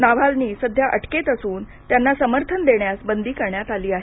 Navalny सध्या अटकेत असून त्यांना समर्थन देण्यास बंदी करण्यात आली आहे